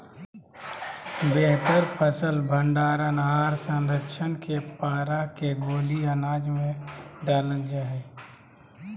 बेहतर फसल भंडारण आर संरक्षण ले पारा के गोली अनाज मे डालल जा हय